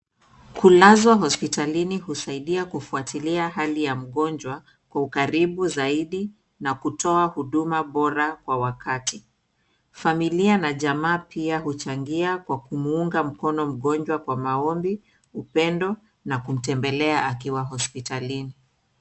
Kulazwa hospitalini husaidia kufuatilia hali ya mgonjwa kwa ukaribi zaidi na kutoa huduma bora kwa wakati. Familia na jamaa pia huchangia kwa kumunga mkono mgonjwa kwa maombi, upendo na kumtembelea akiwa hospitalini.